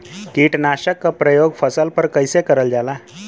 कीटनाशक क प्रयोग फसल पर कइसे करल जाला?